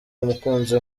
umukunzi